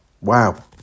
Wow